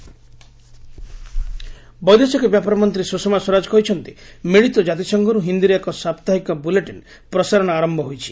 UN Hindi bulletin ବୈଦେଶିକ ବ୍ୟାପାର ମନ୍ତ୍ରୀ ସୁଷମା ସ୍ୱରାଜ କହିଛନ୍ତି ମିଳିତ ଜାତିସଂଘରୁ ହିନ୍ଦୀରେ ଏକ ସାପ୍ତାହିକ ବୁଲେଟିନ୍ ପ୍ରସାରଣ ଆରମ୍ଭ ହୋଇଛି